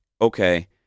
Okay